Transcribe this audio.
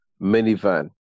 minivan